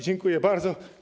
Dziękuję bardzo.